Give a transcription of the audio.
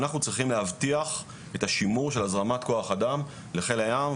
אנחנו צריכים להבטיח את השימור של הזרמת כוח אדם לחיל הים,